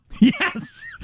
Yes